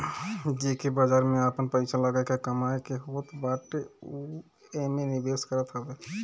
जेके बाजार में आपन पईसा लगा के कमाए के होत बाटे उ एमे निवेश करत हवे